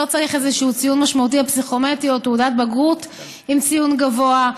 לא צריך איזה ציון משמעותי בפסיכומטרי או תעודת בגרות עם ציון גבוה,